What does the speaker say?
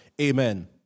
Amen